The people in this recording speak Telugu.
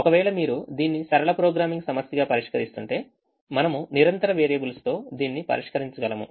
ఒకవేళ మీరు దీన్ని సరళ ప్రోగ్రామింగ్ సమస్యగా పరిష్కరిస్తుంటే మనము నిరంతర వేరియబుల్స్తో దీన్ని పరిష్కరించగలము